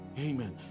Amen